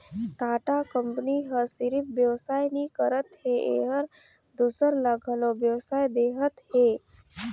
Tata company ह सिरिफ बेवसाय नी करत हे एहर दूसर ल घलो बेवसाय देहत हे